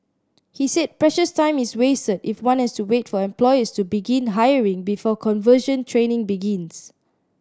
he said precious time is wasted if one has to wait for employers to begin hiring before conversion training begins